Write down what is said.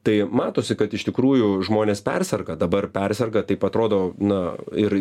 tai matosi kad iš tikrųjų žmonės perserga dabar perserga taip atrodo na ir